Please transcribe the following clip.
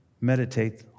Meditate